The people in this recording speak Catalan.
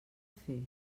fer